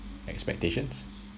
expectations